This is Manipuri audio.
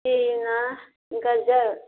ꯁꯤꯅ ꯒꯖꯔ